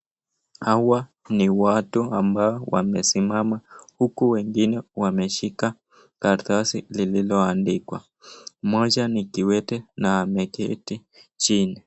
Hawa ni watu ambao wamesimama huku wengine wameshika karatasi lililoandikwa. Mmoja ni kiwete na ameketi jini.